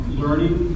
learning